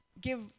give